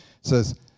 says